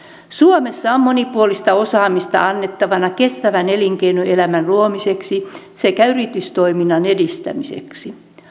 suomessa on monipuolista osaamista annettavana kestävän elinkeinoelämän luomiseksi sekä yritystoiminnan edistämiseksi